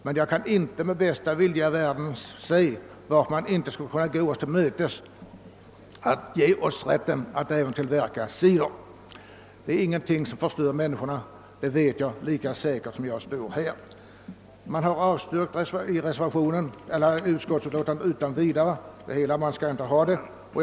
Men jag kan inte med bästa vilja i världen förstå varför man inte skulle kunna gå oss till mötes genom att ge oss rätt att även tillverka cider. Det är ingenting som förstör människorna, det vet jag lika säkert som att jag står här. Man har i utskottsutlåtandet utan vidare avstyrkt förslaget om rätt att tillverka cider. Utskottet menar att man inte skall ha den rätten.